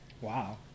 Wow